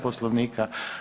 Poslovnika.